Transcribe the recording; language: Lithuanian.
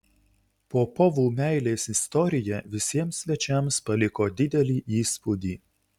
popovų meilės istorija visiems svečiams paliko didelį įspūdį